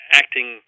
acting